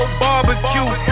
barbecue